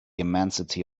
immensity